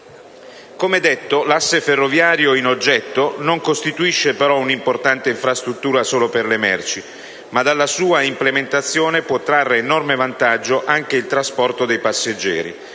Come detto, l'asse ferroviario in oggetto non costituisce però un'importante infrastruttura solo per le merci, ma dalla sua implementazione può trarre enorme vantaggio anche il trasporto dei passeggeri.